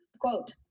quote